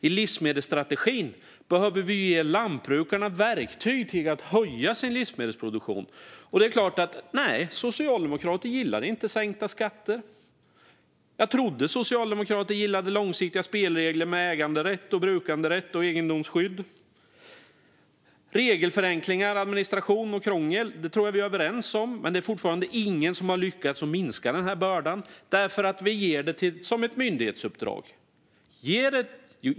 I stället behöver vi ge lantbrukarna verktyg till att höja livsmedelsproduktionen. Men socialdemokrater gillar inte sänkta skatter. Jag trodde att socialdemokrater gillade långsiktiga spelregler kring äganderätt, brukanderätt och egendomsskydd. Regelförenklingar och mindre administration och krångel tror jag att vi är överens om. Men det är fortfarande ingen som har lyckats minska den här bördan, därför att vi ger det som ett myndighetsuppdrag.